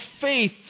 faith